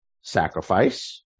sacrifice